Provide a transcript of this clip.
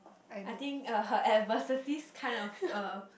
I think uh her adversities kind of uh